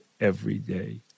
everyday